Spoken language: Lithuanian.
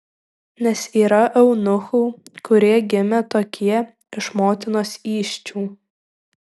nes yra eunuchų kurie gimė tokie iš motinos įsčių